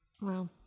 Wow